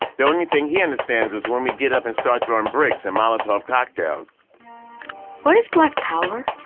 the only thing he understands is when we get up and start throwing bricks and molotov cocktails what is black power?